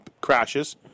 crashes